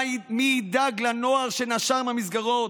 מי ידאג לנוער שנשר מהמסגרות?